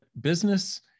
business